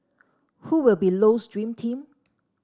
who will be Low's dream team